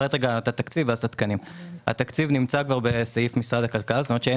להתפרס על פני מספר חודשים, וזה מה שיקרה.